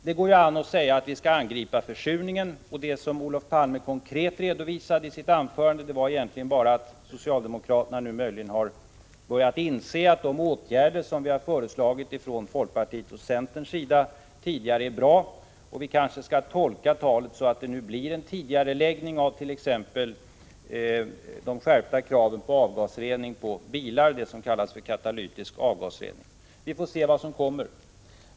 Det går an att säga att vi skall angripa försurningen. Det som Olof Palme konkret redovisade i sitt anförande var egentligen bara att socialdemokraterna nu möjligen har börjat inse att de åtgärder som folkpartiet och centern tidigare har föreslagit är bra. Vi kanske skall tolka talet så att det nu blir en tidigareläggning av t.ex. de skärpta kraven på avgasrening på bilar, det som kallas för katalytisk avgasrening. Vi får se vad som kommer.